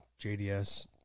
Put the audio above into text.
JDS